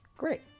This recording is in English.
great